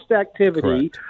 activity